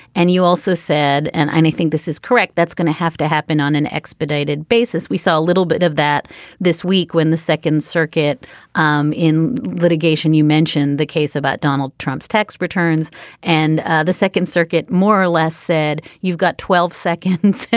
and you also said and anything this is correct that's going to have to happen on an expedited basis. we saw a little bit of that this week when the second circuit um in litigation you mentioned the case about donald trump's tax returns and ah the second circuit more or less said you've got twelve seconds.